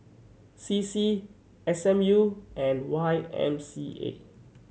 C C S M U and Y M C A